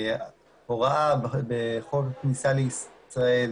הוראה בחוק הכניסה לישראל,